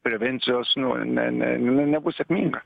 prevencijos nu ne ne inai nebus sėkminga